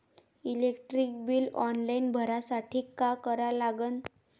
Electric bill online भरासाठी का करा लागन?